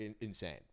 insane